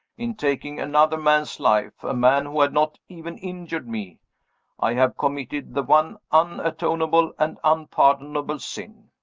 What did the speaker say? in taking another man's life a man who had not even injured me i have committed the one unatonable and unpardonable sin.